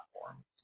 platform